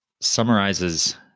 summarizes